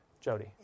Jody